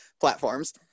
platforms